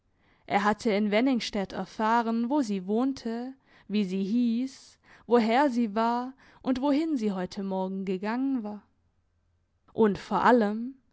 er hatte in wenningstedt erfahren wo sie wohnte wie sie hiess woher sie war und wohin sie heute morgen gegangen war und vor allem sie